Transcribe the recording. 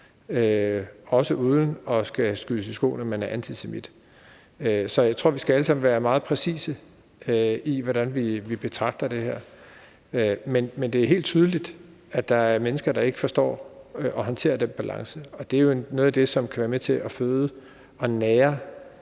også uden at skulle skydes i skoene, at man er antisemit. Så jeg tror, at vi alle sammen skal være meget præcise vedrørende, hvordan vi betragter det her. Men det er helt tydeligt, at der er mennesker, der ikke forstår at håndtere den balance. Det er jo noget af det, der kan være med til at føde og nære